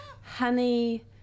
honey